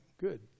good